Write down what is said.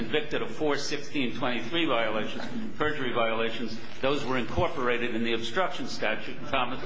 convicted of four sixteen twenty three violations perjury violations those were incorporated in the obstruction statute common